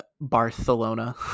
Barcelona